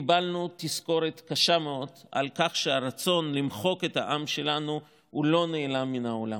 קיבלנו תזכורת קשה מאוד לכך שהרצון למחוק את העם שלנו לא נעלם מן העולם.